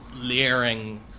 leering